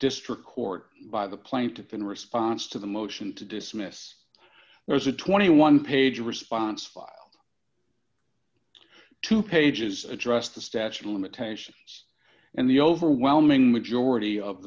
district court by the plaintiff in response to the motion to dismiss there's a twenty one page response file two pages address the statute of limitations and the overwhelming majority of